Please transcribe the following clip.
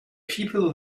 people